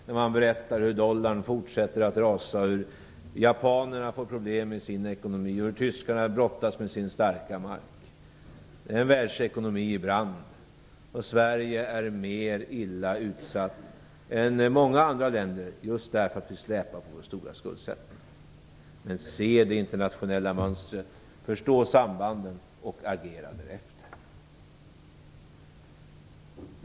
Där berättar man hur dollarn fortsätter att rasa, hur japanerna får problem med sin ekonomi och hur tyskarna brottas med sin starka mark. Det är en världsekonomi i brand. Sverige är mer illa utsatt än många andra länder, just därför att vi släpar på vår stora skuldsättning. Se det internationella mönstret! Förstå sambanden och agera därefter!